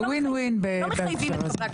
זה win win בהקשר הזה.